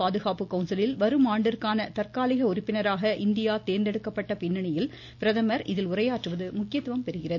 பாதுகாப்பு கவுன்சிலில் வரும் ஆண்டிற்கான தற்காலிக உறுப்பினராக இந்தியா தேர்ந்தெடுக்கப்பட்ட பின்னணியில் பிரதமர் இதில் உரையாற்றுவது முக்கியத்துவம் பெறுகிறது